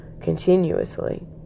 continuously